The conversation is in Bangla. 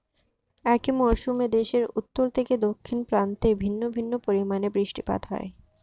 একই মরশুমে দেশের উত্তর থেকে দক্ষিণ প্রান্তে ভিন্ন ভিন্ন পরিমাণে বৃষ্টিপাত হয়